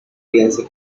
piense